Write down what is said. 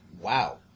Wow